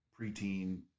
preteen